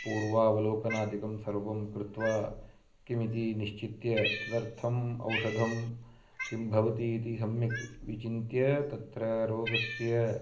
पूर्वावलोकनादिकं सर्वं कृत्वा किमिति निश्चित्य तदर्थम् औषधं किं भवति इति सम्यक् विचिन्त्य तत्र रोगस्य